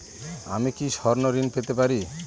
আমি কি স্বর্ণ ঋণ পেতে পারি?